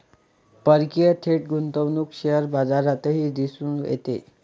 परकीय थेट गुंतवणूक शेअर बाजारातही दिसून येते